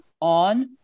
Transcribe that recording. on